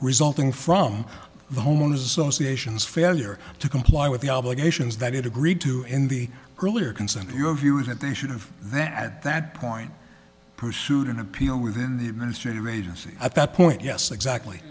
resulting from the homeowners associations failure to comply with the obligations that it agreed to in the earlier consent your view was that they should have that that point pursued an appeal within the administrative agency at that point yes exactly